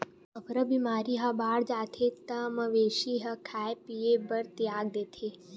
अफरा बेमारी ह बाड़ जाथे त मवेशी ह खाए पिए बर तियाग देथे